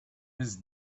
his